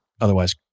otherwise